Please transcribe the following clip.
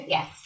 Yes